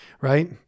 right